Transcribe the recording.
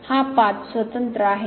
हा पाथ स्वतंत्र आहे